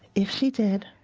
if she did,